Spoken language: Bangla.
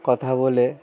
কথা বলে